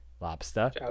Lobster